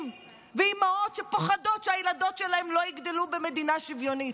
ולאימהות שפוחדות שהילדות שלהן לא יגדלו במדינה שוויונית?